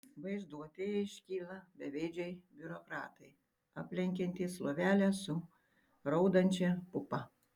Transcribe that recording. vaizduotėje iškyla beveidžiai biurokratai aplenkiantys lovelę su raudančia pupa